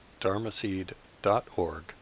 dharmaseed.org